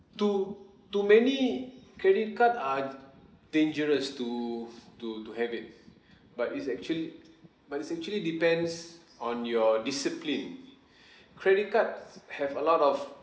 to to many credit card are dangerous to to to have it but it's actually but it's actually depends on your discipline credit cards have a lot of